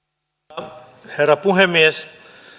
arvoisa herra puhemies